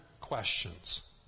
questions